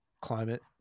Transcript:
climate